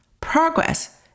Progress